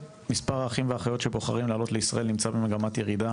מספר האחים והאחיות שבוחרים לעלות לישראל נמצא במגמת ירידה